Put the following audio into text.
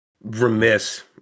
remiss